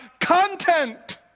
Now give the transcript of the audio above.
content